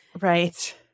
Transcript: Right